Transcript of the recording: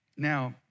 Now